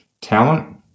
Talent